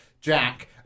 Jack